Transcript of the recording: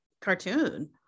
cartoon